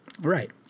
Right